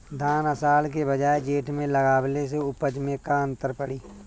धान आषाढ़ के बजाय जेठ में लगावले से उपज में का अन्तर पड़ी?